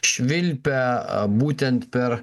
švilpia būtent per